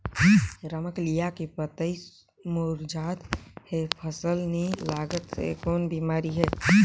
रमकलिया के पतई मुरझात हे फल नी लागत हे कौन बिमारी हे?